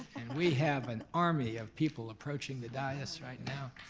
we have an army of people approaching the dais right now,